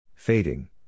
Fading